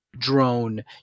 drone